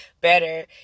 better